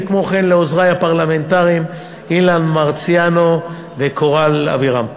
וכן לעוזרי הפרלמנטריים אילן מרסיאנו וקורל אבירם.